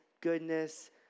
goodness